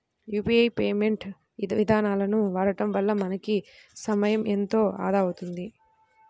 UPI payment ఇదానాలను వాడడం వల్ల మనకి సమయం ఎంతో ఆదా అవుతుంది